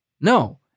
No